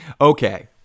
Okay